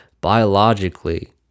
biologically